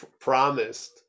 promised